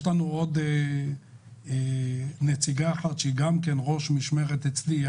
יש עוד נציגה אחת שהיא ראש משמרת אצלי,